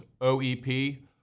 OEP